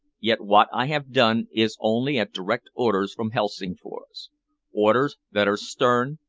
yet what i have done is only at direct orders from helsingfors orders that are stern,